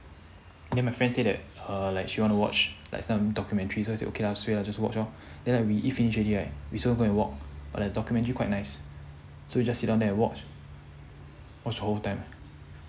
then my friend say that uh she like wanna watch like some documentaries so like I say okay ah so I just watch lor then like we eat finish already right we still go and walk and the documentary quite nice so we just sit down there and watch watch the whole time eh